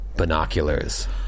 Binoculars